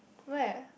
where